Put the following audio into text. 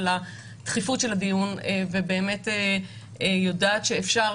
על הדחיפות של הדיון ואני באמת יודעת שאפשר